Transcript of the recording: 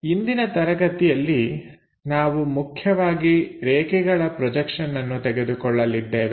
ಇಂದಿನ ತರಗತಿಯಲ್ಲಿ ನಾವು ಮುಖ್ಯವಾಗಿ ರೇಖೆಗಳ ಪ್ರೊಜೆಕ್ಷನ್ ಅನ್ನು ತೆಗೆದುಕೊಳ್ಳಲಿದ್ದೇವೆ